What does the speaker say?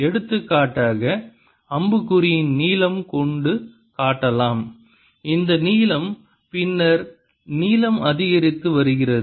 எடுத்துக்காட்டாக அம்புக்குறியின் நீளம் கொண்டு காட்டலாம் இந்த நீளம் பின்னர் நீளம் அதிகரித்து வருகிறது